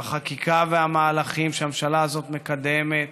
והחקיקה והמהלכים שהממשלה הזו מקדמת